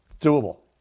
Doable